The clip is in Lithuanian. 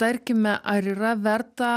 tarkime ar yra verta